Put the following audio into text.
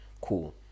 Cool